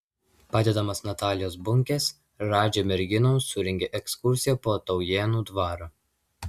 padedamas natalijos bunkės radži merginoms surengė ekskursiją po taujėnų dvarą